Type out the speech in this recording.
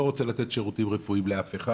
לא רוצה לתת שירותים רפואיים לאף אחד,